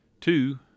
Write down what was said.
two